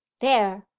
there,